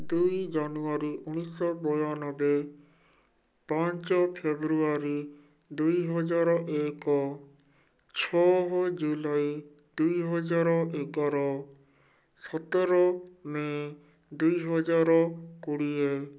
ଦୁଇ ଜାନୁଆରୀ ଉଣେଇଶହ ବୟାନବେ ପାଞ୍ଚ ଫେବୃଆରୀ ଦୁଇହଜାର ଏକ ଛଅ ଜୁଲାଇ ଦୁଇହଜାର ଏଗାର ସତର ମେ ଦୁଇହଜାର କୋଡ଼ିଏ